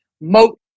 moat